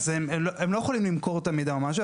אז הם לא יכולים למכור את המידע או משהו.